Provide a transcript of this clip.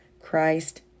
Christ